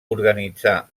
organitzar